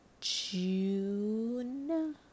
June